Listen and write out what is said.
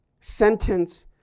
sentence